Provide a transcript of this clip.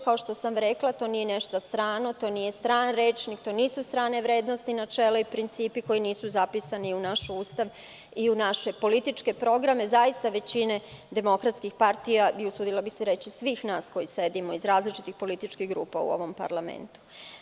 Kao što sam rekla, to nije nešto strano, to nije strana reč, to nisu strane vrednosti, načela i principi koji nisu zapisani u naš Ustav i u političke programe većine demokratskih partija, usudila bih se reći, svih nas koji sedimo, iz različitih političkih grupa u ovom parlamentu.